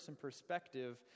perspective